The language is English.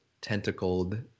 tentacled